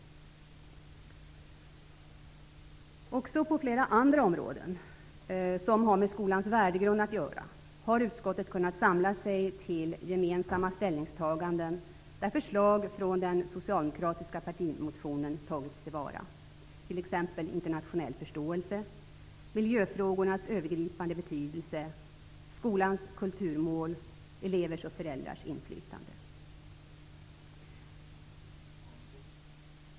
Också på flera andra områden som har med skolans värdegrund att göra har utskottet kunnat samla sig till gemensamma ställningstaganden där förslag från den socialdemokratiska partimotionen har tagits till vara. Det gäller t.ex. förslag om internationell förståelse, miljöfrågornas övergripande betydelse, skolans kulturmål samt elevers och föräldrars inflytande.